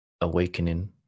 awakening